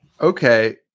Okay